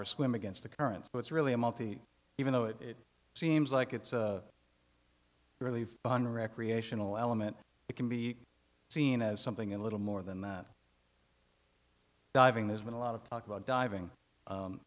or swim against the currents but it's really a multi even though it seems like it's a really fun recreational element it can be seen as something a little more than that diving there's been a lot of talk about diving